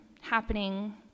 happening